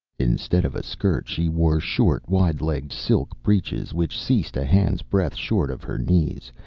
instead of a skirt she wore short, wide-legged silk breeches, which ceased a hand's breadth short of her knees,